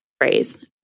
phrase